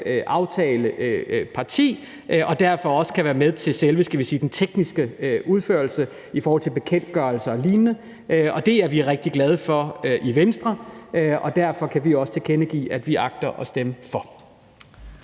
aftaleparti og kan derfor også være med til selve, skal vi sige den tekniske udførelse i forhold til bekendtgørelser og lignende. Det er vi rigtig glade for i Venstre, og derfor kan vi også tilkendegive, at vi agter at stemme for.